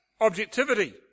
objectivity